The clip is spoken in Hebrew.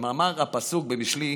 כמאמר הפסוק במשלי: